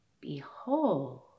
Behold